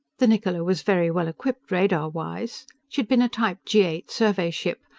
the niccola was very well equipped, radar-wise. she'd been a type g eight survey ship,